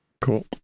Cool